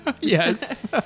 Yes